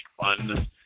fun